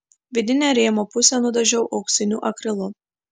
vidinę rėmo pusę nudažiau auksiniu akrilu